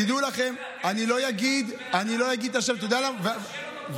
תראה לי בן אדם שאומר לך שיהיה לנו פה גן עדן.